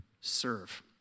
serve